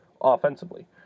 offensively